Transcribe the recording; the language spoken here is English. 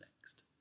next